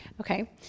Okay